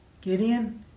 Gideon